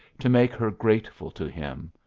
to make her grateful to him,